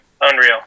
unreal